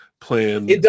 plan